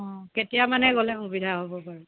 অঁ কেতিয়া মানে গ'লে সুবিধা হ'ব বাৰু